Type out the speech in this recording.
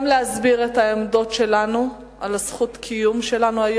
וגם להסביר את העמדות שלנו בעניין זכות הקיום שלנו,